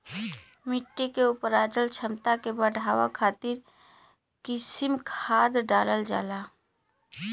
मट्टी के उपराजल क्षमता के बढ़ावे खातिर कृत्रिम खाद डालल जाला